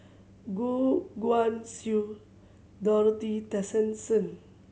Goh Guan Siew Dorothy Tessensohn